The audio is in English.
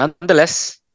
Nonetheless